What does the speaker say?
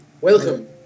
Welcome